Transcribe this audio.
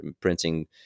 printing